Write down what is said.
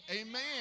Amen